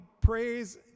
praise